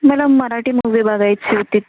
मला मराठी मूव्ही बघायची होती